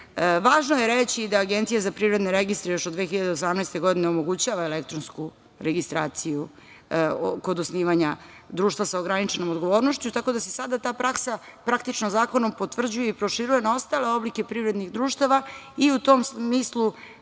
APR-u. Važno je reći da Agencija za privredne registre od 2018. godine omogućava elektronsku registraciju kod osnivanja društva sa ograničenom odgovornošću, tako da se sada ta praksa zakonom potvrđuje i proširuje na ostale oblike privrednih društava i u tom smislu